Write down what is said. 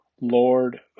Lord